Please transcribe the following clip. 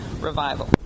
revival